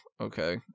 okay